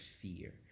fear